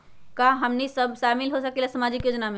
का हमनी साब शामिल होसकीला सामाजिक योजना मे?